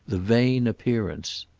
the vain appearance.